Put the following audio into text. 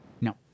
No